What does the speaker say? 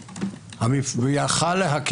זו היתה ועדת